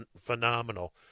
phenomenal